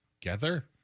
together